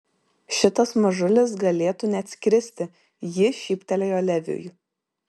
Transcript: šitas mažulis galėtų net skristi ji šyptelėjo leviui